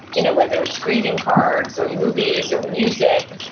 you know, whether it's greeting cards, or movies, or music,